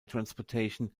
transportation